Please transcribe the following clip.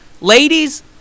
Ladies